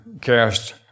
cast